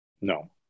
no